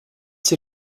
ses